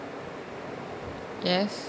yes